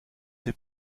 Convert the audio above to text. fait